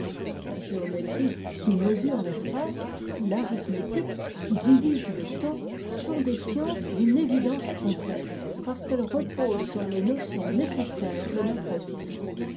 la géométrie qui mesure l'espace et l'arithmétique qui divise le temps sont des sciences d'une évidence complète parce qu'elles reposent sur les notions nécessaires de notre esprit